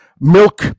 milk